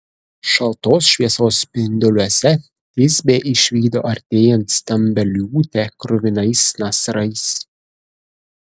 šaltos šviesos spinduliuose tisbė išvydo artėjant stambią liūtę kruvinais nasrais